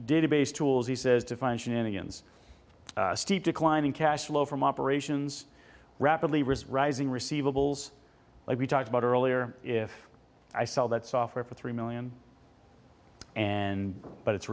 database tools he says define shenanigans steep decline in cash flow from operations rapidly rising receivables like we talked about earlier if i sell that software for three million and but it's